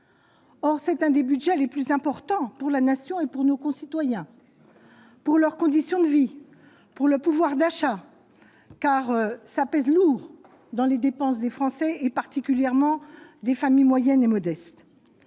or c'est un des Budgets les plus importants pour la nation et pour nos concitoyens, pour leurs conditions de vie pour le pouvoir d'achat car ça pèse lourd dans les dépenses des Français, et particulièrement des familles moyennes et modestes,